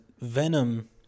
Venom